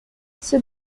ces